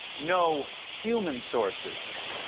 no human sources.